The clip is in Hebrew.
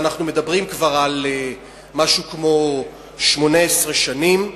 ואנחנו מדברים כבר על משהו כמו 18 שנים,